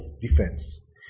defense